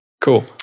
cool